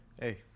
hey